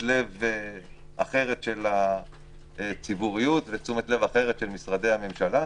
לב אחרת של הציבוריות ותשומת לב אחרת של משרדי הממשלה,